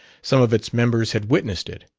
some of its members had witnessed it,